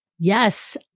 Yes